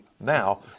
now